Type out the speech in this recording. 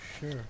Sure